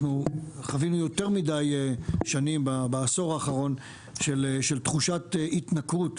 אנחנו חווינו יותר מדי שנים בעשור האחרון של תחושת התנכרות,